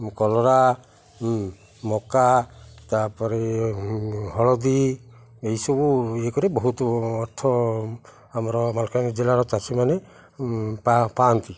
କଲରା ମକା ତାପରେ ହଳଦୀ ଏସବୁ ଇଏ କରି ବହୁତ ଅର୍ଥ ଆମର ମାଲକାନଗିରି ଜିଲ୍ଲାର ଚାଷୀମାନେ ପାଆନ୍ତି